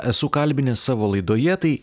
esu kalbinęs savo laidoje tai